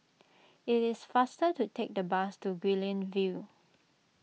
it is faster to take the bus to Guilin View